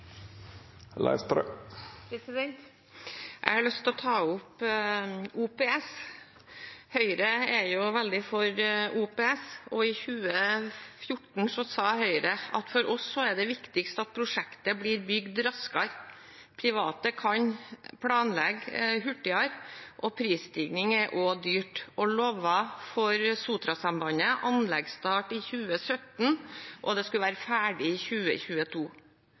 ta opp offentlig-privat samarbeid, OPS. Høyre er jo veldig for OPS. I 2014 sa Høyre: For oss er det viktigst at prosjektet blir bygd raskere. Private kan planlegge hurtigere, og prisstigning er også dyrt. For Sotra-sambandet lovet de anleggsstart i 2017, og det skulle være ferdig i